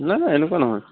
নাই নাই এনেকুৱা নহয়